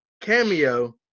cameo